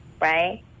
right